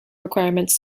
requirements